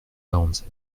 quarante